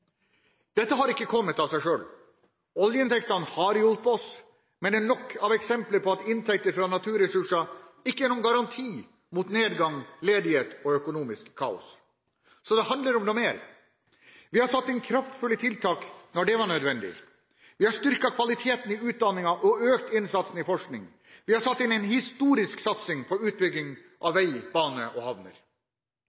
Dette har ikke kommet av seg selv. Oljeinntektene har hjulpet oss, men det er nok av eksempler på at inntekter fra naturressurser ikke er noen garanti mot nedgang, ledighet og økonomisk kaos. Så det handler om noe mer. Vi har satt inn kraftfulle tiltak når det var nødvendig. Vi har styrket kvaliteten i utdanningen og økt innsatsen i forskning. Vi har satt inn en historisk satsing på utbygging av